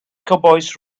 cowboys